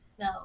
No